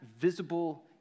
visible